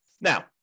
Now